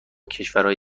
کشورای